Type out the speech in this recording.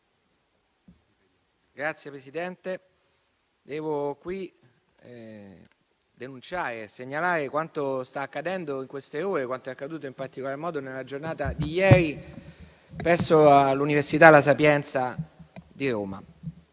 Signor Presidente, devo qui denunciare e segnalare quanto sta accadendo in queste ore e quanto è accaduto in particolar modo nella giornata di ieri presso l'università La Sapienza di Roma.